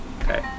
okay